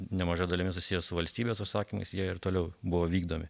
nemaža dalimi susiję su valstybės užsakymais jie ir toliau buvo vykdomi